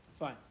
Fine